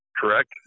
Correct